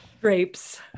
Grapes